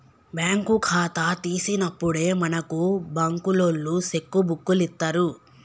bank ఖాతా తీసినప్పుడే మనకు బంకులోల్లు సెక్కు బుక్కులిత్తరు